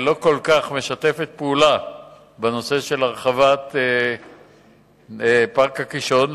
לא כל כך משתפת פעולה בנושא של הרחבת פארק הקישון.